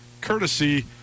courtesy